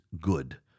good